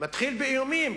מתחיל באיומים.